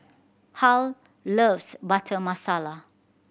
Harl loves Butter Masala